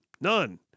None